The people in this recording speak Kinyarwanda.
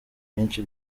byinshi